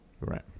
Right